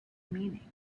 meaning